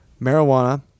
Marijuana